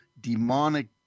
demonic